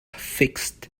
fixed